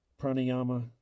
pranayama